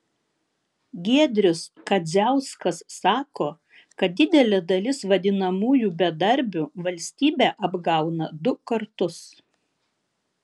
giedrius kadziauskas sako kad didelė dalis vadinamųjų bedarbių valstybę apgauna du kartus